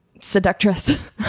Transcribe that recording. seductress